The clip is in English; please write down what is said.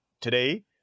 today